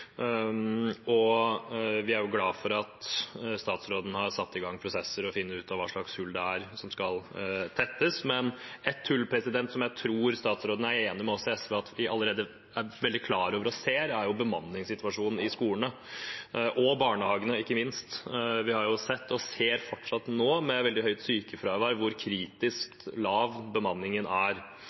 og vi er glad for at statsråden har satt i gang prosesser for å finne ut hvilke hull som skal tettes. Et hull jeg tror statsråden er enig med oss i SV om at vi allerede er veldig klar over og ser, er bemanningssituasjonen i skolene og ikke minst i barnehagene. Vi har sett og ser fortsatt, med et veldig høyt sykefravær, hvor kritisk lav bemanningen er.